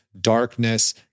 darkness